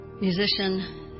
musician